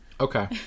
Okay